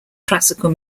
classical